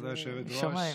כבוד היושבת-ראש,